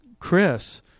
Chris